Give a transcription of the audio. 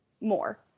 more